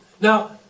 now